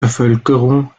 bevölkerung